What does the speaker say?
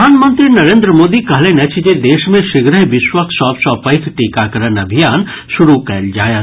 प्रधानमंत्री नरेन्द्र मोदी कहलनि अछि जे देश मे शीघ्रहि विश्वक सभ सँ पैघ टीकाकरण अभियान शुरू कयल जायत